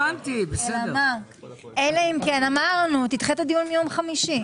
אלא אם כן, כפי שאמרנו, תדחה את הדיון מיום חמישי.